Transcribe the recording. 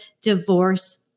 Divorce